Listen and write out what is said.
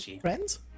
Friends